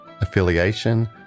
affiliation